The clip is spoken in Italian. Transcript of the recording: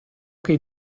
che